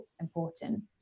important